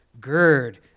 Gird